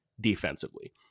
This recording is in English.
defensively